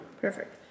Perfect